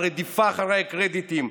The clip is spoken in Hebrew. ברדיפה אחרי קרדיטים,